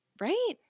right